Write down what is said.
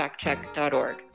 FactCheck.org